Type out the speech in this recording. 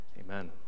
Amen